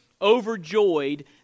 overjoyed